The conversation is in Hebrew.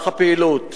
במהלך הפעילות